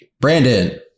Brandon